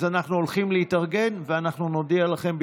אז אנחנו הולכים להתארגן ואנחנו נודיע לכם,